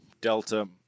Delta